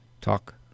Talk